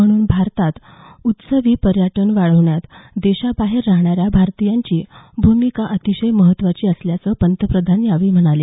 म्हणून भारतात उत्सवी पर्यटन वाढवण्यात देशाबाहेर राहणाऱ्या भारतीयांची भूमिका अतिशय महत्वाची असल्याचं पंतप्रधान यावेळी म्हणाले